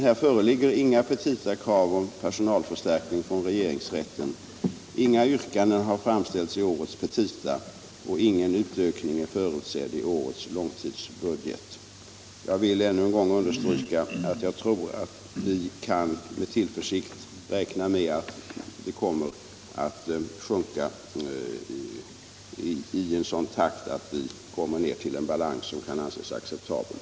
Här föreligger emellertid från regeringsrätten inga krav på förstärkning i årets petita, och ingen utökning av personalen är förutsedd i årets långtidsbudget. Jag vill ännu en gång säga att vi med tillförsikt kan räkna med att ärendebalansen kommer att sjunka i sådan takt att vi kommer ner till en balans som kan anses acceptabel.